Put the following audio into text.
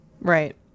Right